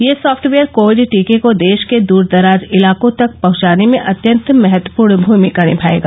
यह software Covid टीके को देश के दूर दराज इलाकों तक पहुंचाने में अत्यन्त महत्वपूर्ण भूमिका निभाएगा